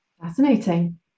Fascinating